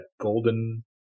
golden